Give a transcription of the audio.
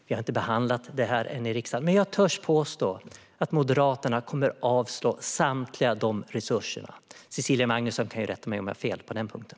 Vi har inte behandlat detta än i riksdagen, men jag törs påstå att Moderaterna kommer att avslå samtliga dessa resurser. Cecilia Magnusson kan ju rätta mig om jag har fel på den punkten.